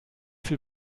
viel